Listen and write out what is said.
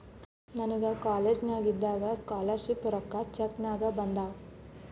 ನನಗ ಕಾಲೇಜ್ನಾಗ್ ಇದ್ದಾಗ ಸ್ಕಾಲರ್ ಶಿಪ್ ರೊಕ್ಕಾ ಚೆಕ್ ನಾಗೆ ಬಂದಾವ್